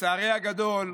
לצערי הגדול,